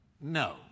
No